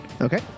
Okay